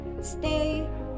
Stay